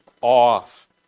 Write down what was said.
off